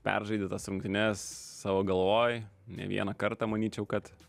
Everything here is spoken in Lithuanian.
peržaidi tas rungtynes savo galvoj ne vieną kartą manyčiau kad